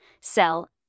sell